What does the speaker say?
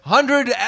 Hundred